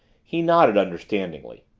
he nodded understandingly.